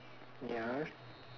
ya